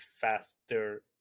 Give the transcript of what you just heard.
faster